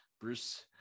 bruce